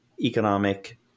economic